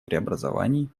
преобразований